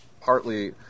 partly